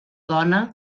dona